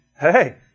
hey